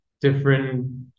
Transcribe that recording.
different